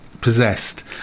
possessed